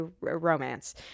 romance